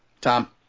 Tom